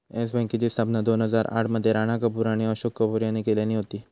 yes बँकेची स्थापना दोन हजार आठ मध्ये राणा कपूर आणि अशोक कपूर यांनी केल्यानी होती